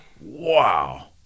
Wow